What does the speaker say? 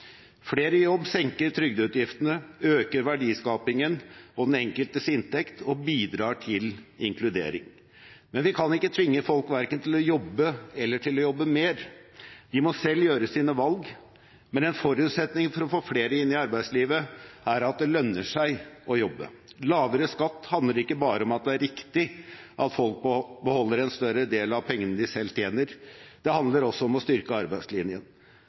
Flere i jobb senker trygdeutgiftene, øker verdiskapingen og den enkeltes inntekt og bidrar til inkludering. Men vi kan ikke tvinge folk verken til å jobbe eller til å jobbe mer. De må selv gjøre sine valg, men en forutsetning for å få flere inn i arbeidslivet er at det lønner seg å jobbe. Lavere skatt handler ikke bare om at det er riktig at folk beholder en større del av pengene de selv tjener – det handler også om å styrke arbeidslinjen.